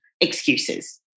excuses